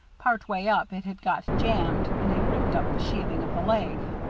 part way up it had got jammed and had ripped up the sheathing of the leg.